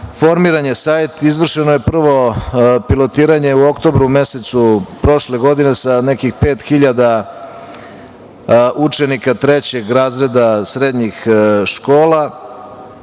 formiran je sajt, izvršeno je prvo pilotiranje u oktobru mesecu prošle godine sa nekih 5.000 učenika trećeg razreda srednjih škola